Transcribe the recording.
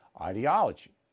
Ideology